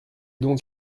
donc